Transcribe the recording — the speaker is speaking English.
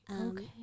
Okay